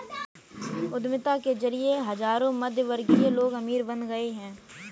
उद्यमिता के जरिए हजारों मध्यमवर्गीय लोग अमीर बन गए